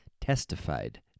testified